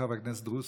חבר הכנסת רוסו,